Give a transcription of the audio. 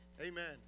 Amen